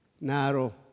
Narrow